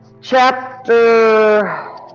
chapter